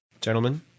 Gentlemen